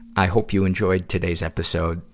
i hope you enjoyed today's episode.